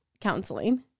counseling